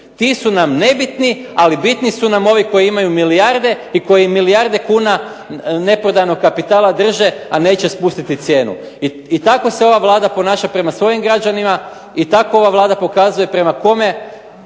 Ti su nam nebitni, ali bitni su nam ovi koji imaju milijarde i koji milijarde kuna neprodanog kapitala drže, a neće spustiti cijenu. I tako se ova Vlada ponaša prema svojim građanima, i tako ova Vlada pokazuje prema kome